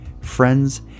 friends